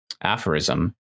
aphorism